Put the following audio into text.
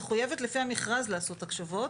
מחויבת לעשות לפי המכרז לעשות הקשבות.